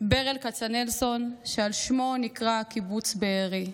ברל כצנלסון, שעל שמו נקרא קיבוץ בארי: